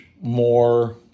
more